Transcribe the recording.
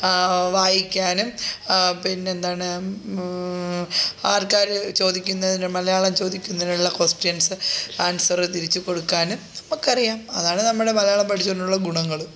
വായിക്കാനും പിന്നെന്താണ് ആൾക്കാർ ചോദിക്കുന്നതിന് മലയാളം ചോദിക്കുന്നതിനുള്ള കൊസ്റ്റിൻസ് ആ തിരിച്ചു കൊടുക്കാനും നമുക്കറിയാം അതാണ് നമ്മൾ മലയാളം പഠിച്ചു കൊണ്ടുള്ള ഗുണങ്ങൾ